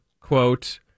quote